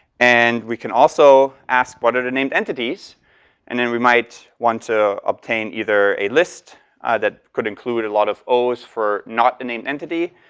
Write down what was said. and we can also ask what are the named entities and then we might want to obtain either a list that could include a lot of os for not the named entity.